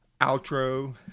outro